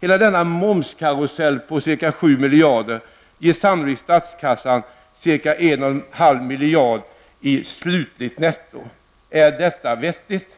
Hela denna momskarusell på ca 7 miljarder ger sannolikt statskassan ca 1,5 miljarder i slutligt netto. Är detta vettigt?